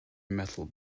metal